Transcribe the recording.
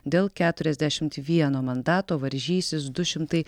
dėl keturiasdešimt vieno mandato varžysis du šimtai